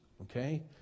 okay